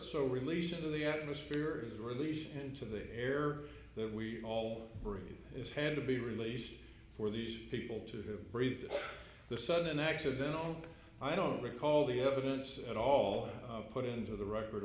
so release into the atmosphere is released into the air that we all breathe is had to be released for these people to breathe the sudden accidental i don't recall the evidence at all put into the record